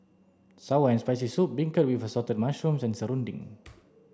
sour and spicy soup beancurd with assorted mushrooms and serunding